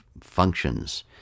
functions